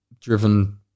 driven